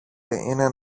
είναι